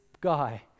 guy